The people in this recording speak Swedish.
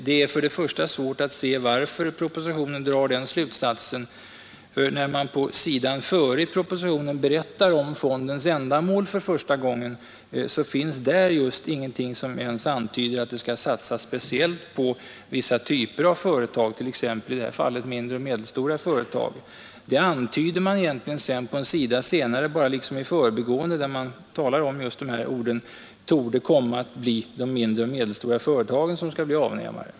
Det är för det första svårt att se varför propositionen drar den slutsatsen. När det på sidan före i propositionen berättas om fondens ändamål finns där inget som ens antyder att den skall satsa speciellt på vissa typer av företag, t.ex. på mindre och medelstora företag. Det antyder man egentligen bara i förbigående på en följande sida i propositionen, där man använder just orden att det torde komma att bli de mindre och medelstora företagen som skall bli avnämare.